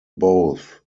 both